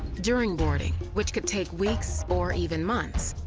during boarding, which could take weeks or even months,